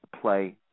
play